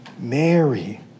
Mary